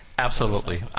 absolutely.